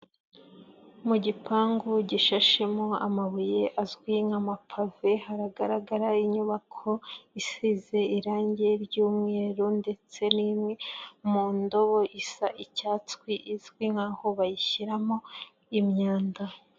Mu gipangu gishashemo amabuye azwi nk'amapave, haragaragara inyubako isize irangi ry'umweru ndetse n'imwe mu ndobo isa icyatsi izwi nk'aho bayishyiramo imyanda.